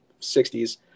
60s